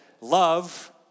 love